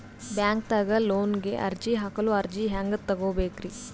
ಬ್ಯಾಂಕ್ದಾಗ ಲೋನ್ ಗೆ ಅರ್ಜಿ ಹಾಕಲು ಅರ್ಜಿ ಹೆಂಗ್ ತಗೊಬೇಕ್ರಿ?